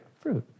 Fruit